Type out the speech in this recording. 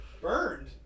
Burned